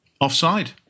offside